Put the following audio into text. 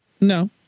no